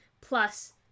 Plus